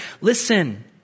Listen